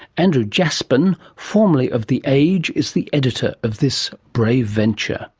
andrew jaspen, formerly of the age, is the editor of this brave venture.